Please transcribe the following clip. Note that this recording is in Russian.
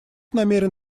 намерен